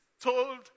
told